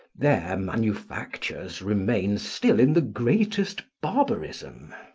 there manufactures remain still in the greatest barbarism.